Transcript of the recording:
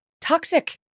toxic